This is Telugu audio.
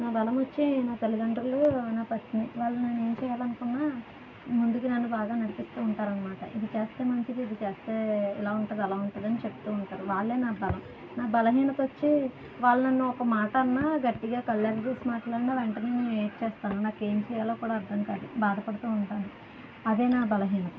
నా బలమొచ్చి నా తల్లితండ్రులు వాళ్ళు నన్ను ఏం చెయ్యాలనుకున్నా ముందుగా నన్ను బాగా నడిపిస్తూ ఉంటారన్నమాట ఇది చేస్తే మంచిది ఇది చేస్తే ఇలా ఉంటుంది అలా ఉంటుంది అని చెప్తూ ఉంటారు వాళ్ళే నా బలం నా బలహీనత వచ్చి వాళ్ళు నన్ను ఒక్కమాట అన్నా గట్టిగా కళ్ళు ఎర్రచేసి మాట్లాడినా వెంటనే నేను ఏడ్చేస్తాను నాకు ఎం చెయ్యాలో కూడా అర్ధం కాదు బాధపడుతూ ఉంటాను అదే నా బలహీనత